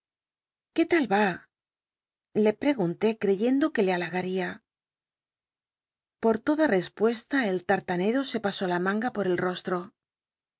qué tal vá le pregunté creyendo que le halagaria por toda respuesta el tartanero se pasó la manga por el rostro